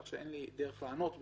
כך שאין לי דרך לענות בכלל.